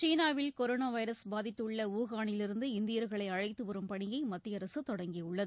சீனாவில் corona virus பாதித்துள்ள வூஹானிலிருந்து இந்தியர்களை அழைத்துவரும் பணியை மத்திய அரசு தொடங்கியுள்ளது